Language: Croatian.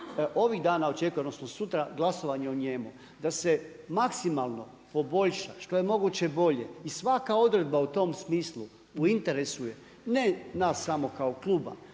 ovih dana očekuje, odnosno sutra glasovanje o njemu da se maksimalno poboljša, što je moguće bolje i svaka odredba u tome smislu u interesu je ne nas samo kao kluba